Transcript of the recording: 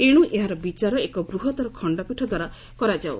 ଏଣୁ ଏହାର ବିଚାର ଏକ ବୃହତ୍ତର ଖଣ୍ଡପୀଠଦ୍ୱାରା କରାଯାଉ